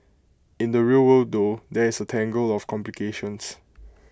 in the real world though there's A tangle of complications